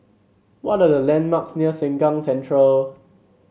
what are the landmarks near Sengkang Central